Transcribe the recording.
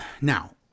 Now